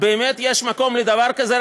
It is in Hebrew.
באמת יש מקום לדבר כזה?